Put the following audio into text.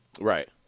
Right